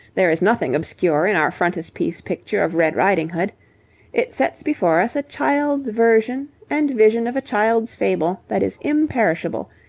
there is nothing obscure in our frontispiece picture of red ridinghood it sets before us a child's version and vision of a child's fable that is imperishable,